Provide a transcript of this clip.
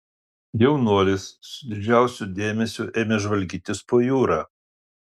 jaunuolis su didžiausiu dėmesiu ėmė žvalgytis po jūrą